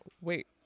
wait